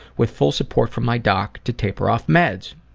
with full support from my doc, to taper off meds.